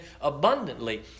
abundantly